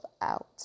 out